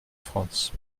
france